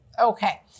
Okay